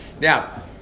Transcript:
Now